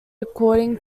according